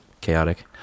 chaotic